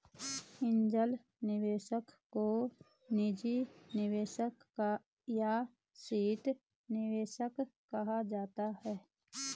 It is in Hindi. एंजेल निवेशक को निजी निवेशक या सीड निवेशक कहा जाता है